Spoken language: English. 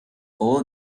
all